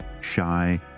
shy